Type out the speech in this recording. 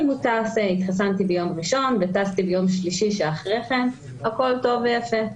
אם התחסנתי ביום ראשון וטסתי ביום שלישי שאחרי כן הכול טוב ויפה,